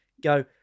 go